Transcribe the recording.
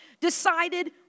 decided